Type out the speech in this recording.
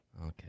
Okay